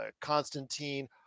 Constantine